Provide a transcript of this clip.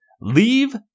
Leave